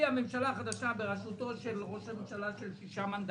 הגיעה ממשלה חדשה בראשותו של ראש הממשלה של שישה מנדטים,